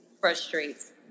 frustrates